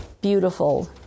beautiful